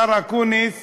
השר אקוניס